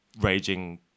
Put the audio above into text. raging